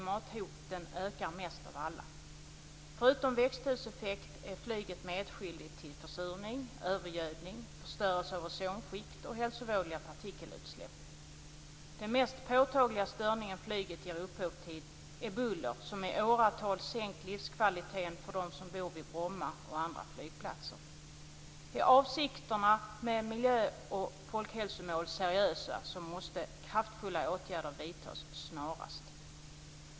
Mina slutsatser blir följande. I första hand vill jag satsa på Arlanda, vilket kan betyda en fjärde rullbana.